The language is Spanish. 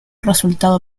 resultado